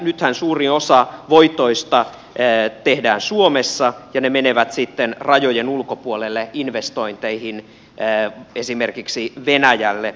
nythän suuri osa voitoista tehdään suomessa ja ne menevät sitten rajojen ulkopuolelle investointeihin esimerkiksi venäjälle